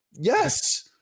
yes